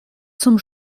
zum